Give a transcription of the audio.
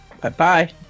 Bye-bye